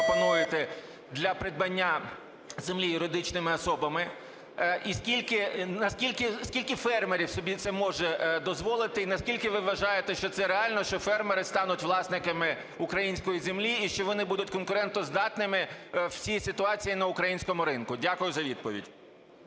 для придбання землі юридичними особами. Скільки фермерів собі це може дозволити, і наскільки ви вважаєте, що це реально, що фермери стануть власниками української землі і що вони будуть конкурентоздатними в цій ситуації на українському ринку? Дякую за відповідь.